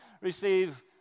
receive